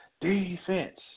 defense